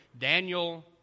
Daniel